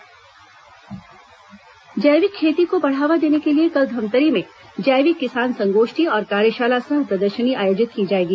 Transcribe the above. धमतरी किसान संगोष्ठी जैविक खेती को बढ़ावा देने के लिए कल धमतरी में जैविक किसान संगोष्ठी और कार्यशाला सह प्रदर्शनी आयोजित की जाएगी